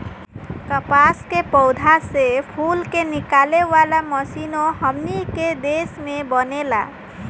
कपास के पौधा से फूल के निकाले वाला मशीनों हमनी के देश में बनेला